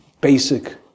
basic